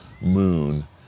moon